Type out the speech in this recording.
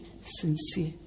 sincere